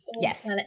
Yes